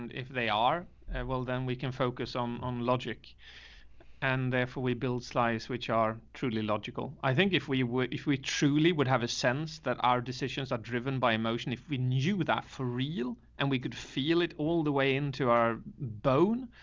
and if they are and well, then we can focus um on logic and therefore we build slides which are truly logical. i think if we were, if we truly would have a sense that our decisions are driven by emotion, if we knew that for real and we could feel it all the way into our bone,